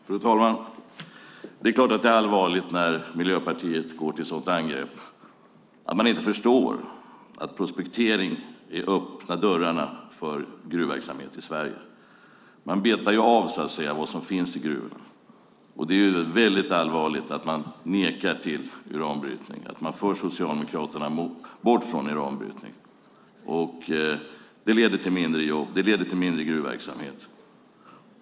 Fru talman! Det är klart att det är allvarligt när Miljöpartiet går till sådant angrepp, att man inte förstår att prospektering öppnar dörrarna för gruvverksamhet i Sverige. Man betar ju så att säga av det som finns i gruvorna. Det är väldigt allvarligt att man nekar till uranbrytning och att man för Socialdemokraterna bort från uranbrytning. Det leder till färre jobb. Det leder till mindre gruvverksamhet.